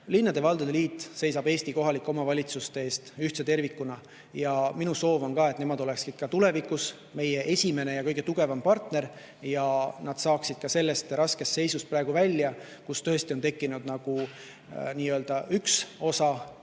Linnade-valdade liit seisab Eesti kohalike omavalitsuste eest ühtse tervikuna ja minu soov on, et nemad oleksid ka tulevikus meie esimene ja kõige tugevam partner ja nad saaksid sellest raskest seisust välja. Praegu on tõesti tekkinud üks osa,